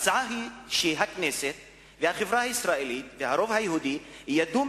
ההצעה היא שהכנסת והחברה הישראלית והרוב היהודי ידונו